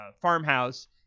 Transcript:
farmhouse